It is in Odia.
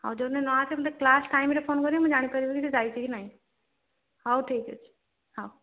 ହଉ ଯୋଉଦିନ ନଆସେ ମୋତେ କ୍ଲାସ୍ ଟାଇମ୍ରେ ଫୋନ କରିବେ ମୁଁ ଜାଣିପାରିବି କି ସେ ଯାଇଛି କି ନାଇଁ ହଉ ଠିକ୍ ଅଛି ହଉ